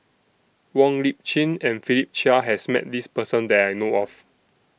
Wong Lip Chin and Philip Chia has Met This Person that I know of